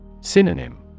Synonym